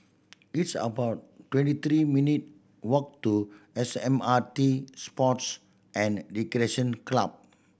it's about twenty three minute walk to S M R T Sports and Recreation Club